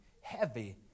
heavy